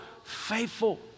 faithful